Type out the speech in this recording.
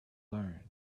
learn